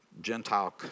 Gentile